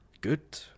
Good